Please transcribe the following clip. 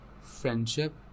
Friendship